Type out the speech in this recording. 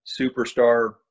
superstar